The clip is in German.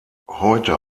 heute